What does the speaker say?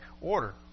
Order